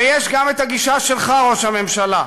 ויש גם הגישה שלך, ראש הממשלה,